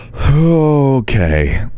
Okay